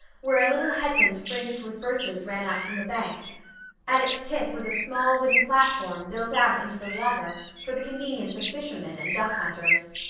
where a little headland fringed with birches ran out from the bank at its tip was a small wooden platform built out into the water for the convenience of fishermen and duck hunters.